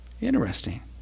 Interesting